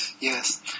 Yes